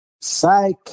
Psych